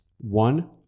one